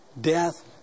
death